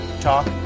talk